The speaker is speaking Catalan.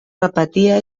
repetia